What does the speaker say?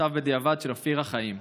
שנכתב בדיעבד, של אופירה חיים: